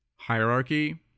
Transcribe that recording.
hierarchy